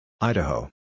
Idaho